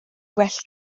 well